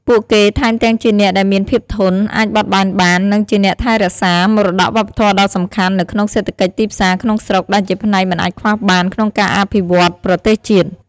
ពួកគេ ថែមទាំងជាអ្នកដែលមានភាពធន់ អាចបត់បែនបាន និងជាអ្នកថែរក្សា មរតកវប្បធម៌ដ៏សំខាន់នៅក្នុងសេដ្ឋកិច្ចទីផ្សារក្នុងស្រុក ដែលជាផ្នែកមិនអាចខ្វះបានក្នុងការអភិវឌ្ឍប្រទេសជាតិ។